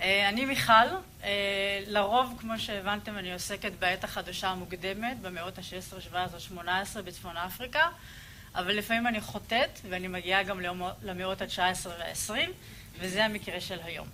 אה אני מיכל, אה לרוב כמו שהבנתם אני עוסקת בעת החדשה המוקדמת במאות ה-16, 17, 18 בצפון אפריקה, אבל לפעמים אני חוטאת ואני מגיעה גם למאות ה-19 וה-20 וזה המקרה של היום.